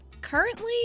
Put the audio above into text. Currently